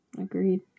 Agreed